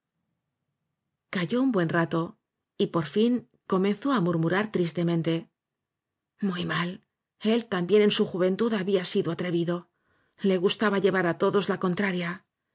calló un buen rato y por fin comenzó á murmurar tristemente muy mal él también en su juventud había sido atrevido le gustaba llevar á todos la contraria